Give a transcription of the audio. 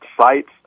sites